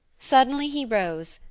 suddenly he rose,